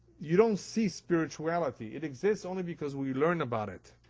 you don't see spirituality. it exists only because we learn about it,